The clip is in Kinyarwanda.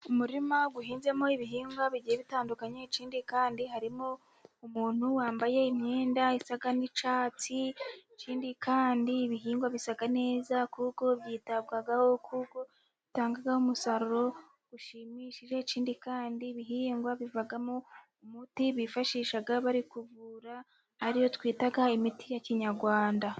Umurima uhinzemo ibihingwa bigiye bitandukanye, ikindi kandi harimo umuntu wambaye imyenda isa n'icyatsi, ikindi kandi ibihingwa bisa neza kuko byitabwaho, kuko bitanga umusaruro ushimishije, ikindi kandi ibihingwa bivamo umuti bifashisha bari kuvura, ari yo twita imiti ya kinyarwanda.